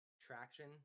traction